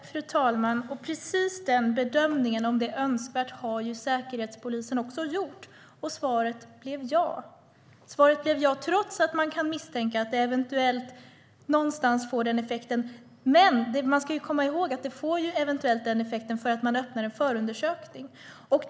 Fru talman! Just bedömningen av om det är önskvärt har Säkerhetspolisen också gjort. Och svaret blev ja. Svaret blev ja, trots att man kan misstänka att det eventuellt får den effekten. Men vi ska komma ihåg att det eventuellt får den effekten på grund av att en förundersökning öppnas.